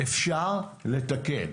אפשר לתקן.